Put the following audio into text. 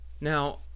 Now